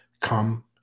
come